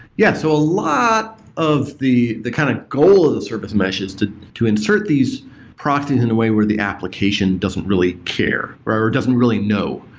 yeah. so a lot of the the kind of goal of the service mesh is to to insert these proxies in a way where the application doesn't really care or doesn't really know.